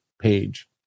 page